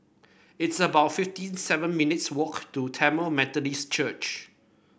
it's about fifty seven minutes' walk to Tamil Methodist Church